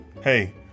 hey